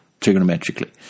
trigonometrically